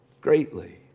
greatly